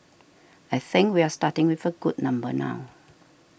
I think we are starting with a good number now